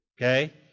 okay